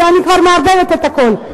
אני כבר מערבבת את הכול.